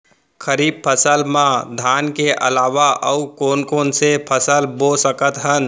खरीफ फसल मा धान के अलावा अऊ कोन कोन से फसल बो सकत हन?